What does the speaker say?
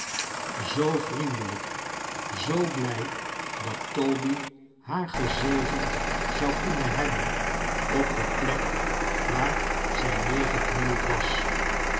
zoo vriendelijk zoo blij dat toby haar gezegend zou kunnen liebben op de plek waar zij neergeknield was